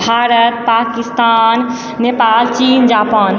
भारत पाकिस्तान नेपाल चीन जापान